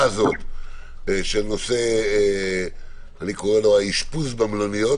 הזאת של נושא שאני קורא לו "האשפוז במלוניות",